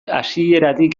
hasieratik